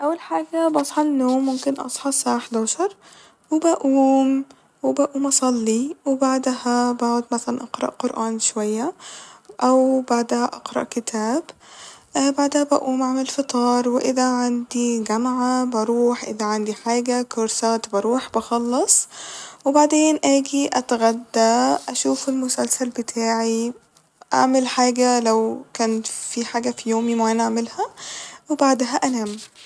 أول حاجة بصحى النوم ممكن أصحى الساعة حداشر وبقوم وبقوم أصلي وبعدها بقعد مثلا أقرا قران شوية أو بعدها أقرأ كتاب بعدها بقوم أعمل فطار واذا عندي جامعة بروح اذا عندي حاجة كورسات بروح بخلص وبعدين آجي أتغدى أشوف المسلسل بتاعي أعمل حاجة لو كانت في حاجة ف يومي معينة أعملها وبعدها أنام